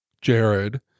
jared